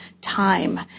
time